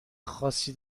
خاصی